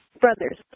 brothers